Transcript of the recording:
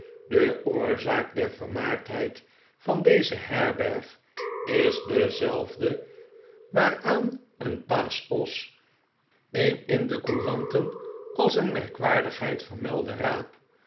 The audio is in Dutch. de oorzaak der vermaardheid van deze herberg is dezelfde waar aan een paaschos een in de couranten als een merkwaardigheid vermelde raap